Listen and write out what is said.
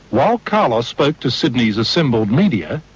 while carlos spoke to sydney's assembled media,